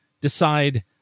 decide